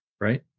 right